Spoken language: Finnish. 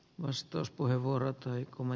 vastauspuheenvuoro tuli come